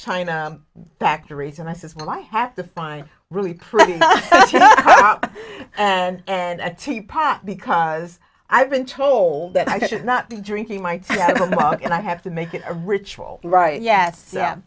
china factories and i says well i have to find a really crappy and and teapot because i've been told that i should not be drinking might and i have to make it a ritual right yes yeah